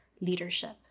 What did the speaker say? leadership